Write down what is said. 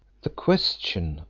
the question,